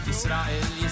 Israel